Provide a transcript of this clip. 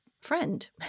friend